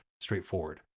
straightforward